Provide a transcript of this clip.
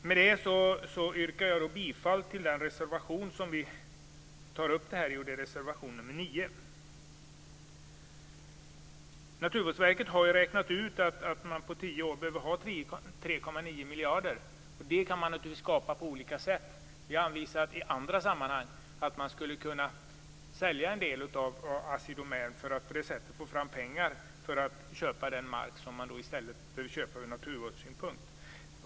Med det anförda yrkar jag bifall till reservation nr 9. Naturvårdsverket har räknat ut att man under tio år behöver 3,9 miljarder, och dem kan man få ihop på olika sätt. Vi har i andra sammanhang anvisat att man skulle kunna sälja en del av Assi Domän för att få fram pengar till att köpa den mark som man behöver köpa från naturvårdssynpunkt.